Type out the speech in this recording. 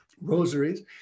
rosaries